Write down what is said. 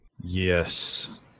Yes